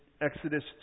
Exodus